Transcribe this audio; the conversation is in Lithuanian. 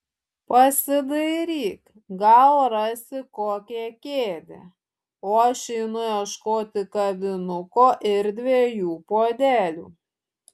pasidairyk gal rasi kokią kėdę o aš einu ieškoti kavinuko ir dviejų puodelių